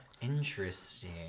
Interesting